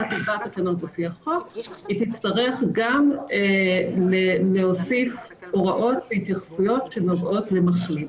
היא תצטרך גם להוסיף הוראות והתייחסויות שנוגעות למחלים.